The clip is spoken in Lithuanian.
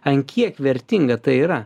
ant kiek vertinga tai yra